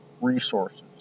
resources